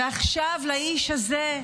ועכשיו לאיש הזה,